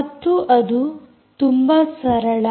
ಮತ್ತು ಇದು ತುಂಬಾ ಸರಳ